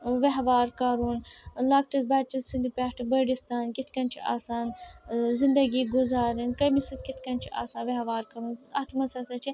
ٲں ویٚہوار کَرُن لۄکٹِس بَچہِ سٕنٛدِ پٮ۪ٹھ بٔڑِس تانۍ کِتھ کٔنۍ چھِ آسان ٲں زِندَگی گُزارٕنۍ کٔمِس سۭتۍ کِتھ کٔنۍ چھُ آسان ویٚہوار کَرُن اتھ منٛز ہَسا چھِ